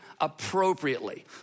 appropriately